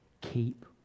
keep